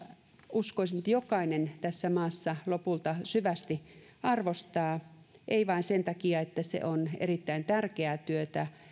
uskoisin että jokainen tässä maassa lopulta syvästi arvostaa ei vain sen takia että se on erittäin tärkeää työtä